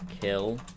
Kill